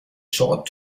short